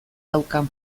daukan